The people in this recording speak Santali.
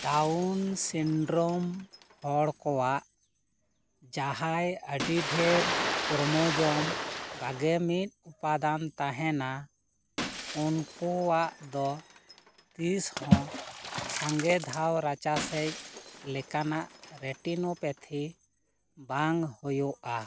ᱰᱟᱣᱩᱱ ᱥᱤᱱᱰᱨᱳᱢ ᱦᱚᱲ ᱠᱚᱣᱟᱜ ᱡᱟᱦᱟᱸᱭ ᱟᱹᱰᱤ ᱰᱷᱮᱨ ᱠᱨᱚᱢᱳᱡᱚᱢ ᱵᱟᱜᱮ ᱢᱤᱫ ᱩᱯᱟᱫᱟᱱ ᱛᱟᱦᱮᱱᱟ ᱩᱱᱠᱩᱣᱟᱜ ᱫᱚ ᱛᱤᱥᱦᱚᱸ ᱥᱟᱸᱜᱮ ᱫᱷᱟᱣ ᱨᱟᱪᱟᱥᱮᱡ ᱞᱮᱠᱟᱱᱟᱜ ᱨᱮᱴᱤᱱᱳᱯᱮᱛᱷᱤ ᱵᱟᱝ ᱦᱩᱭᱩᱜᱼᱟ